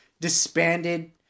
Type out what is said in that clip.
disbanded